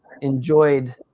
enjoyed